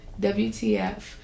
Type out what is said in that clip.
WTF